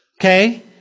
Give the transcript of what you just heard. okay